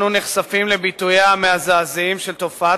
נחשפים לביטוייה המזעזעים של תופעת